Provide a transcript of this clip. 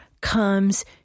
comes